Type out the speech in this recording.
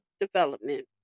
development